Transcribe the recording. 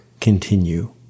continue